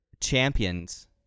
champions